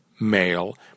male